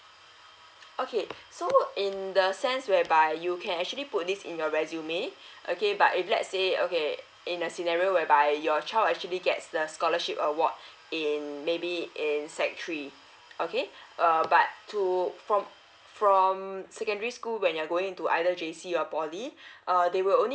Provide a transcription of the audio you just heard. okay so in the sense whereby you can actually put this in your resume okay but if let's say okay in a scenario whereby your child actually gets the scholarship award in maybe in sec three okay err but two from from um secondary school when you're going to either J C your poly uh they will only